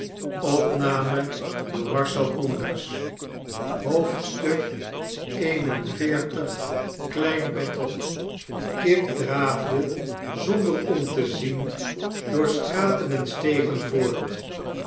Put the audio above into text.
klein bethel kit draafde zonder om te zien door straten en stegen voort